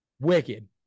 Wicked